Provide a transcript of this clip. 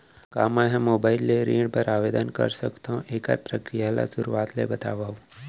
का मैं ह मोबाइल ले ऋण बर आवेदन कर सकथो, एखर प्रक्रिया ला शुरुआत ले बतावव?